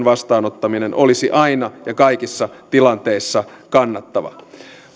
vastaanottaminen olisi aina ja kaikissa tilanteissa kannattavaa